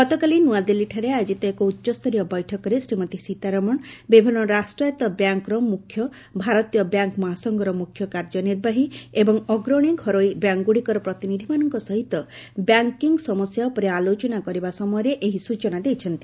ଗତକାଲି ନ୍ତଆଦିଲ୍ଲୀଠାରେ ଆୟୋଜିତ ଏକ ଉଚ୍ଚସ୍ତରୀୟ ବୈଠକରେ ଶ୍ରୀମତୀ ସୀତାରମଣ ବିଭିନ୍ନ ରାଷ୍ଟ୍ରାୟତ୍ତ ବ୍ୟାଙ୍କର ମୁଖ୍ୟ ଭାରତୀୟ ବ୍ୟାଙ୍କ ମହାସଂଘର ମୁଖ୍ୟ କାର୍ଯ୍ୟନିର୍ବାହୀ ଏବଂ ଅଗ୍ରଣୀ ଘରୋଇ ବ୍ୟାଙ୍କଗୁଡ଼ିକର ପ୍ରତିନିଧିମାନଙ୍କ ସହିତ ବ୍ୟାଙ୍କିଙ୍ଗ୍ ସମସ୍ୟା ଉପରେ ଆଲୋଚନା କରିବା ସମୟରେ ଏହି ସ୍ବଚନା ଦେଇଛନ୍ତି